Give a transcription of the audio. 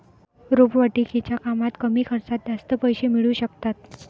रोपवाटिकेच्या कामात कमी खर्चात जास्त पैसे मिळू शकतात